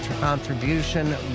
contribution